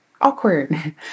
awkward